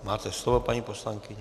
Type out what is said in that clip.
Máte slovo, paní poslankyně.